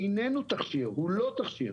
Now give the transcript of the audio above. לא תכשיר.